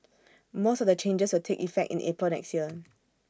most of the changes will take effect in April next year